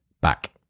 back